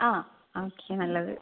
ആ ഓക്കെ നല്ലത്